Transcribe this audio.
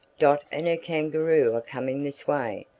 dot and her kangaroo are coming this way.